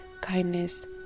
kindness